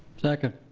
second.